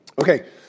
Okay